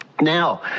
Now